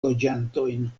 loĝantojn